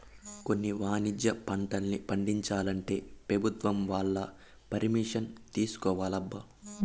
కొన్ని వాణిజ్య పంటల్ని పండించాలంటే పెభుత్వం వాళ్ళ పరిమిషన్ తీసుకోవాలబ్బా